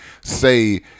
say